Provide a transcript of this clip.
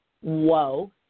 whoa